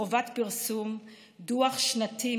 חובת פרסום דוח שנתי,